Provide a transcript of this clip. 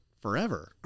Forever